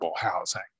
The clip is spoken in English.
housing